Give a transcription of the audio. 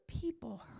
people